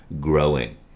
growing